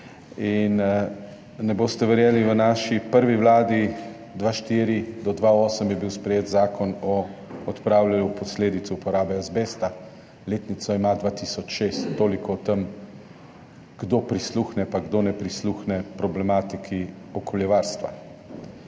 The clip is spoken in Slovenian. Ne boste verjeli, v naši prvi vladi, 2024 do 2028, je bil sprejet zakon o odpravljanju posledic uporabe azbesta, letnico ima 2006. Toliko o tem, kdo prisluhne pa kdo ne prisluhne problematiki okoljevarstva.